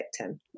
victim